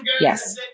Yes